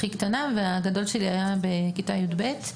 הכי קטנה, והגדול שלי היה בכיתה י"ב.